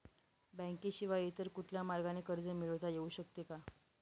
बँकेशिवाय इतर कुठल्या मार्गाने कर्ज मिळविता येऊ शकते का?